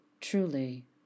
Truly